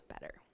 better